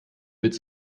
witz